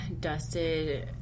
dusted